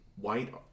white